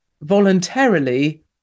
voluntarily